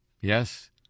Yes